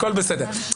הכול בסדר.